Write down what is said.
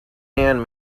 man